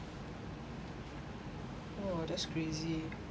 oh that's crazy